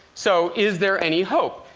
so is there any hope?